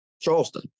Charleston